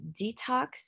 detox